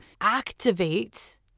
activate